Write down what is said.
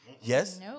Yes